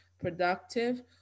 productive